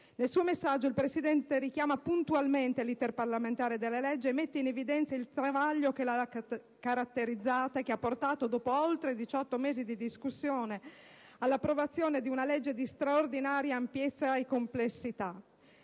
Nel proprio messaggio il Presidente richiama puntualmente l'*iter* parlamentare della legge, mettendo in evidenza il "travaglio" che l'ha caratterizzata e che ha portato, dopo oltre diciotto mesi di discussione, all'approvazione di una legge di straordinaria ampiezza e complessità.